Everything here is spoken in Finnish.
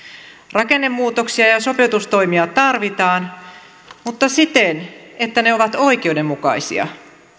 rakennemuutoksia ja ja sopeutustoimia tarvitaan mutta siten että ne ovat oikeudenmukaisia